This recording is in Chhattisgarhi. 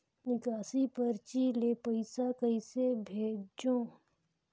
निकासी परची ले पईसा कइसे भेजों?